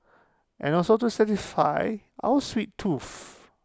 and also to satisfy our sweet tooth